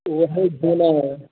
وہیں گھومنا ہے